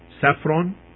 saffron